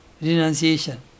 renunciation